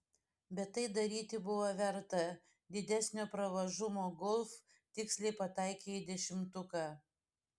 bet tai daryti buvo verta didesnio pravažumo golf tiksliai pataikė į dešimtuką